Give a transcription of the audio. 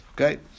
Okay